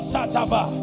Sataba